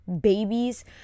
babies